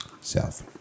South